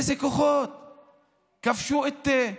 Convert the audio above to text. איזה כוחות,